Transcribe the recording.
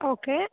okay